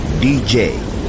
DJ